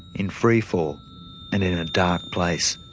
in freefall and in a dark place,